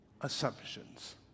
assumptions